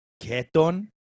keton